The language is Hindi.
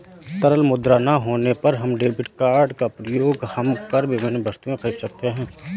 तरल मुद्रा ना होने पर हम डेबिट क्रेडिट कार्ड का प्रयोग कर हम विभिन्न वस्तुएँ खरीद सकते हैं